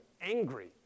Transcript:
angry